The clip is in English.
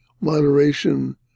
moderation